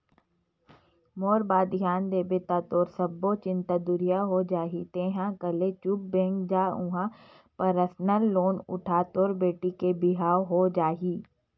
मोर बात धियान देबे ता तोर सब्बो चिंता दुरिहा हो जाही तेंहा कले चुप बेंक जा उहां परसनल लोन उठा तोर बेटी के बिहाव हो जाही